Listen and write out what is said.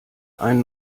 ein